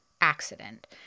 accident